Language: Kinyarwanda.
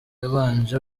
yabanje